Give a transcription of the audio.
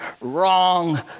wrong